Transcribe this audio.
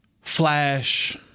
Flash